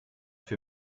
für